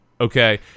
Okay